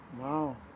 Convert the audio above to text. Wow